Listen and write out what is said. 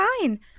fine